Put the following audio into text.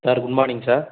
sir good morning sir